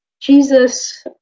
Jesus